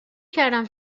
کردم